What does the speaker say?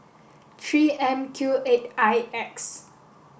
three M Q eight I X